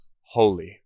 holy